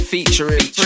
Featuring